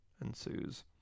ensues